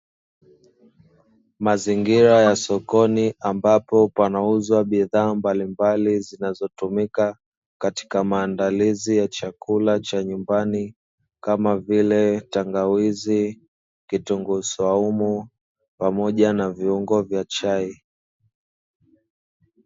Mazingira ya sokoni ambapo panauzwa bidhaa mbalimbali zinazotumika katika maandalizi ya chakula cha nyumbani, kama vile: tangawizi, kitunguu swaumu, pamoja na viungo vya chai.